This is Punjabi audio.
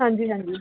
ਹਾਂਜੀ ਹਾਂਜੀ